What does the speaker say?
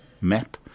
map